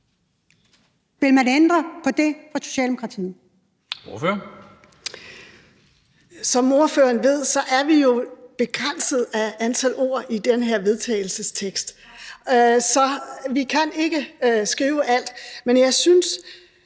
Som ordføreren ved, er vi jo begrænset af antallet af ord i den her vedtagelsestekst, så vi kan ikke skrive alt. Men jeg synes,